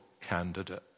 candidate